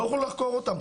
לא יולו לחקור אותם,